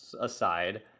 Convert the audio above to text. aside